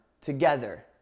together